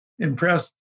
impressed